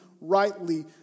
rightly